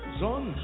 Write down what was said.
son